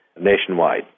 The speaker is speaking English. nationwide